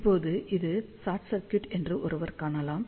இப்போது இது short circuit என்று ஒருவர் காணலாம்